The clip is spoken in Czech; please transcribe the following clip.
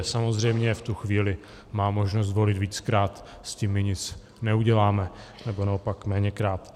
Samozřejmě v tu chvíli má možnost volit víckrát, s tím my nic neuděláme, nebo naopak méněkrát.